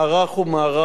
מערך חירום.